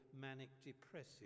manic-depressive